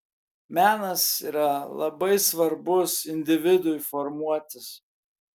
menas yra labai svarbus individui formuotis